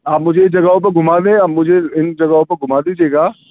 آپ مجھے جگہوں پر گُھما دیں مجھے اِن جگہوں پر گُھما دیجیے گا